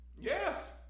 Yes